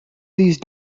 these